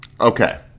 Okay